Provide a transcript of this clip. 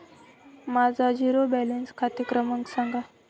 माझा zero balance खाते क्रमांक सांगा